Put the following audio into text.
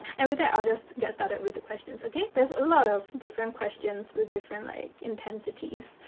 and with that, i'll just get started with the questions, okay? there's a lot of different questions with different like intensities.